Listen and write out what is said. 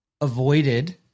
avoided